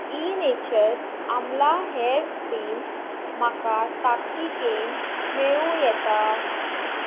इनेचर आमला hair cream म्हाका ताकतिकेन मेळूं येता